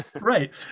Right